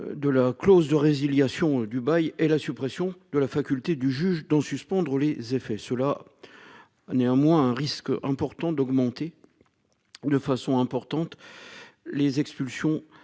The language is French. De la clause de résiliation du bail et la suppression de la faculté du juge d'en suspendre les effets sur la. Néanmoins un risque important d'augmenter. De façon importante. Les expulsions